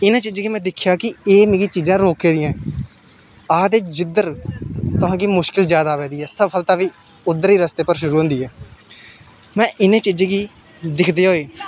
इ'नें चीजें गै में दिक्खेआ कि एह् मिगी चीजां रोका दियां न अस ते जिद्धर तुसेंगी मुश्कल ज्यादा आवा दी ऐ सफालता बी उद्धर ई रस्ते पर रौंह्दी ऐ में इनें चीजें गी दिखदे होई